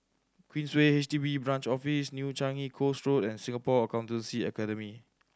Queensway H D B Branch Office New Changi Coast Road and Singapore Accountancy Academy